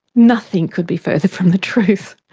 nothing could be further from the truth,